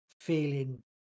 feeling